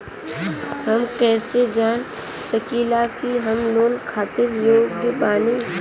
हम कईसे जान सकिला कि हम लोन खातिर योग्य बानी?